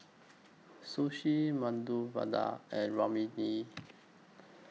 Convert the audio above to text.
Sushi Medu Vada and Vermicelli